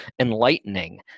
enlightening